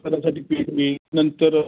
त्याच्यासाठी पीठ मीठ नंतर